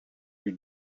eut